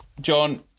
John